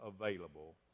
available